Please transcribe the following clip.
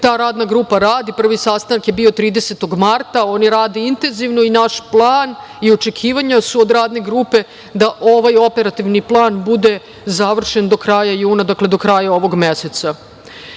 Ta radna grupa radi, prvi sastanak je bio 30. marta. Oni rade intenzivno i naš plan i očekivanja su od radne grupe da ovaj operativni plan bude završen do kraja juna. Ono što je